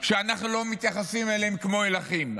שאנחנו לא מתייחסים אליהם כמו אל אחים.